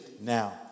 Now